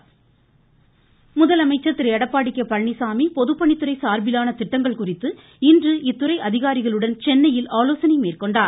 பழனிச்சாமி முதலமைச்சர் திரு எடப்பாடி கே பழனிச்சாமி பொதுப்பணித்துறை சார்பிலான திட்டங்கள் குறித்து இன்று இத்துறை அதிகாரிகளுடன் சென்னையில் ஆலோசனை மேற்கொண்டார்